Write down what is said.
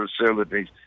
facilities